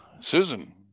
susan